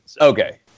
Okay